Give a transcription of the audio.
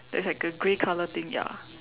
there's like a grey color thing ya